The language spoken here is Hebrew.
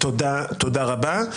תודה רבה.